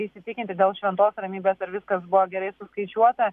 įsitikinti dėl šventos ramybės ar viskas buvo gerai suskaičiuota